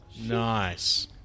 Nice